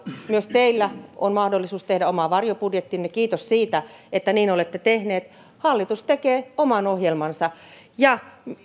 teillä on mahdollisuus tehdä oma varjobudjettinne kiitos siitä että niin olette tehneet hallitus tekee oman ohjelmansa ja